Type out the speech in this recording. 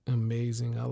amazing